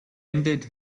ended